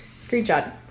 screenshot